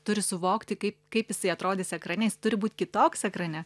turi suvokti kaip kaip jisai atrodys ekrane jis turi būt kitoks ekrane